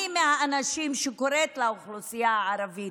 אני מהאנשים שקוראת לאוכלוסייה הערבית,